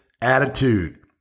attitude